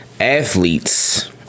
athletes